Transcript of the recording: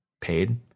paid